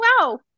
Wow